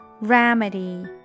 remedy